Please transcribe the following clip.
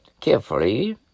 carefully